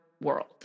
world